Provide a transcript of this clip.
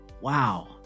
wow